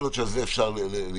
יכול להיות שעל זה אפשר להסתדר,